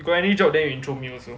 got any job then you intro me also